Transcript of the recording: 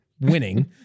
winning